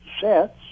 sets